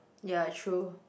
ya true